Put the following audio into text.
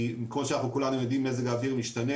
כי כמו שכולנו יודעים, מזג האוויר משתנה.